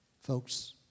Folks